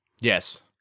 Yes